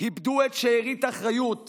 איבדו את שארית האחריות